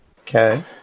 Okay